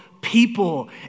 people